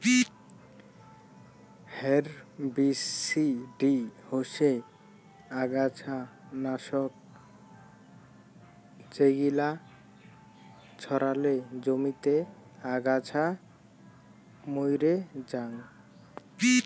herbicide হসে অগাছা নাশক যেগিলা ছড়ালে জমিতে আগাছা মইরে জাং